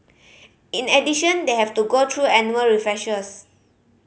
in addition they have to go through annual refreshers